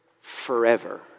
forever